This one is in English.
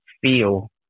feel